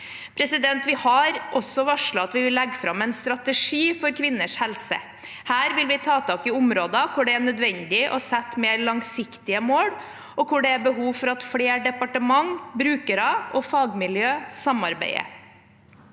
vilje. Vi har også varslet at vi vil legge fram en strategi for kvinners helse. Her vil vi ta tak i områder hvor det er nødvendig å sette mer langsiktige mål, og hvor det er behov for at flere departementer, brukere og fagmiljøer samarbeider.